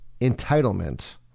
entitlement